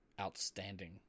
outstanding